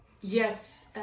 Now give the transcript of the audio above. Yes